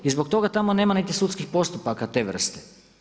I zbog toga tamo nema niti sudskih postupaka te vrste.